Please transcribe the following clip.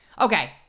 Okay